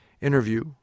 Interview